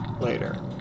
later